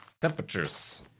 temperatures